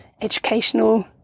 educational